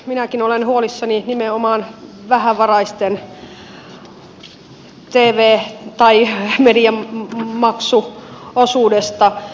minäkin olen huolissani nimenomaan vähävaraisten mediamaksuosuudesta